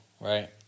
right